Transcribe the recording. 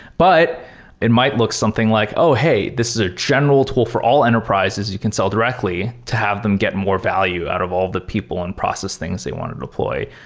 but it might look something like, oh hey! this is a general tool for all enterprises you can sell directly to have them get more value out of all of the people and process things they want to deploy.